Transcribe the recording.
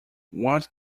what